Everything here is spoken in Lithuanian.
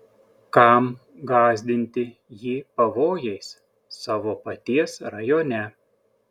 kam gąsdinti jį pavojais savo paties rajone